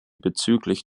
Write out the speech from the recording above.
bezüglich